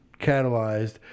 catalyzed